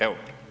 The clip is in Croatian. Evo.